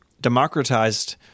democratized